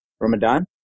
Ramadan